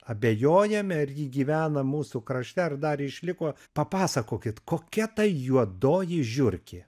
abejojame ar ji gyvena mūsų krašte ar dar išliko papasakokit kokia ta juodoji žiurkė